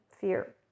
fear